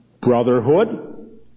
brotherhood